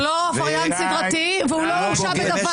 הוא לא עבריין סידרתי, והוא לא הורשע בדבר.